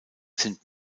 sind